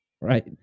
Right